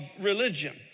religion